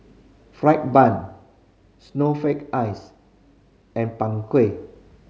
fried bun snowflake ice and Png Kueh